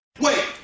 Wait